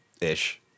Ish